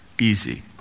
easy